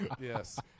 Yes